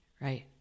Right